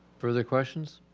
further questions?